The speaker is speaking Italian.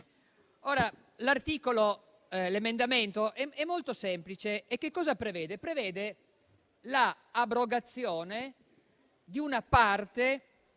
L'emendamento è molto semplice: esso prevede la abrogazione di una parte